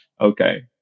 okay